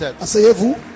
Asseyez-vous